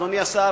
אדוני השר,